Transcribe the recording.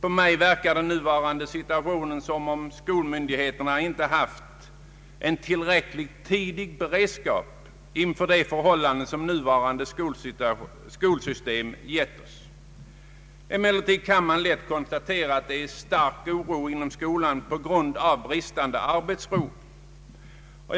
För mig verkar det som om skolmyndigheterna i den nuvarande situationen inte i tid haft en tillräcklig beredskap inför de förhållanden som nuvarande skolsystem medfört. Emellertid kan man lätt konstatera att det råder stark oro inom skolan på grund av bristande arbetsro.